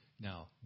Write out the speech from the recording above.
Now